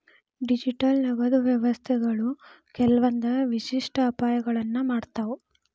digital ನಗದು ವ್ಯವಸ್ಥೆಗಳು ಕೆಲ್ವಂದ್ ವಿಶಿಷ್ಟ ಅಪಾಯಗಳನ್ನ ಮಾಡ್ತಾವ